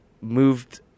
moved